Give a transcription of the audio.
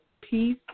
peace